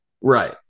right